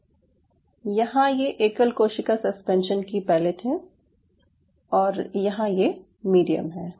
यहाँ ये एकल कोशिका सस्पेंशन की पैलेट है और यहाँ ये मीडियम है